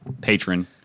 patron